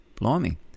Blimey